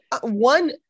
one